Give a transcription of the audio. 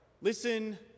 listen